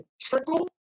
trickle